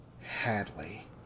Hadley